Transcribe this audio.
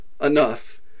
enough